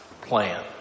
plan